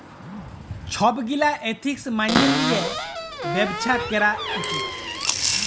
ছব গীলা এথিক্স ম্যাইলে লিঁয়ে ব্যবছা ক্যরা উচিত